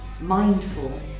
mindful